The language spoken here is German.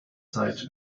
zeit